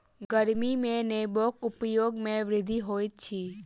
गर्मी में नेबोक उपयोग में वृद्धि होइत अछि